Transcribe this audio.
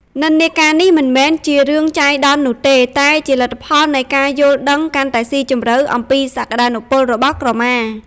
និន្នាការនេះមិនមែនជារឿងចៃដន្យនោះទេ តែជាលទ្ធផលនៃការយល់ដឹងកាន់តែស៊ីជម្រៅអំពីសក្តានុពលរបស់ក្រមា។